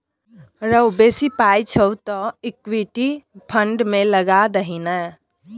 रौ बेसी पाय छौ तँ इक्विटी फंड मे लगा दही ने